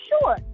sure